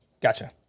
gotcha